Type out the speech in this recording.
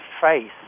face